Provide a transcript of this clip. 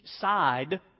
side